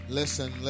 listen